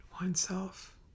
oneself